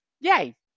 Yay